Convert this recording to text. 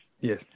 Yes